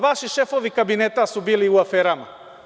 Vaši šefovi kabineta su bili u aferama.